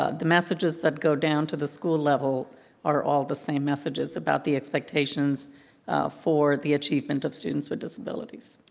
ah the messages that go down to the school level are all the same messages about the expectations for the achievement of students with disabilities.